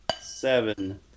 Seven